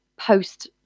post